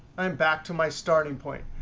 i'm back to my starting point.